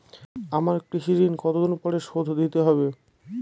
আমার কৃষিঋণ কতদিন পরে শোধ দিতে হবে?